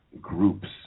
groups